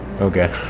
Okay